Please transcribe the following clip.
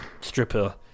stripper